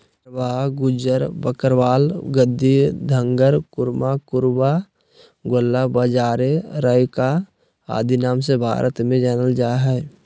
चरवाहा गुज्जर, बकरवाल, गद्दी, धंगर, कुरुमा, कुरुबा, गोल्ला, बंजारे, राइका आदि नाम से भारत में जानल जा हइ